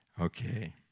Okay